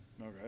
Okay